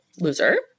loser